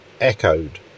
echoed